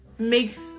makes